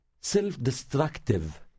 Self-destructive